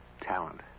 talent